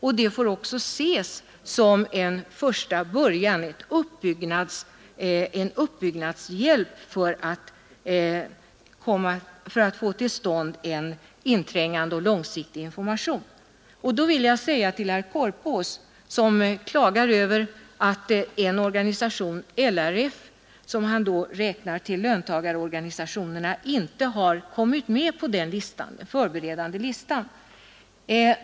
Anslaget får också ses som en inledning och en uppbyggnadshjälp för att få till stånd en inträngande och långsiktig information. Herr Korpås klagar över att LRF, som han räknar till löntagarorganisationerna, inte har kommit med på den förberedande listan.